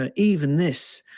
ah even this,